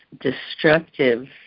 destructive